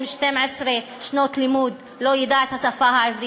12 שנות לימוד לא ידע את השפה העברית,